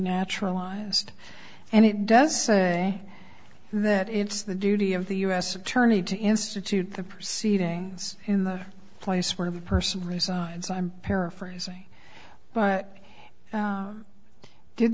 naturalized and it does say that it's the duty of the u s attorney to institute the proceedings in the place where the person resides i'm paraphrasing but